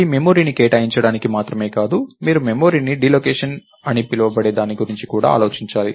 ఇది మెమరీని కేటాయించడానికి మాత్రమే కాదు మీరు మెమరీని డీలోకేషన్ అని పిలవబడే దాని గురించి కూడా ఆలోచించాలి